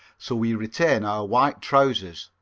so we retain our white trousers.